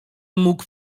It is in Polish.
mógł